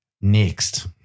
Next